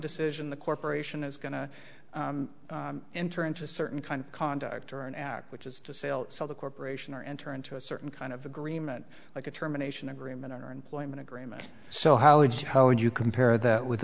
decision the corporation is going to enter into certain kind of conduct or an act which is to sell the corporation or enter into a certain kind of agreement like a terminations agreement or employment agreement so how would you how would you compare that with